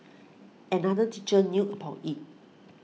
another teacher knew about it